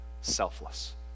selfless